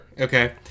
Okay